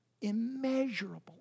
Immeasurable